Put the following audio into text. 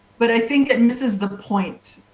but i think it misses the point,